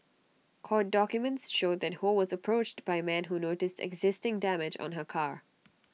court documents showed that ho was approached by A man who noticed existing damage on her car